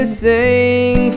sing